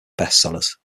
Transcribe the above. bestsellers